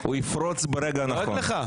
הוא יפרוץ ברגע הנכון.